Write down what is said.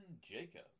Jacob